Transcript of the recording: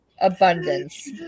abundance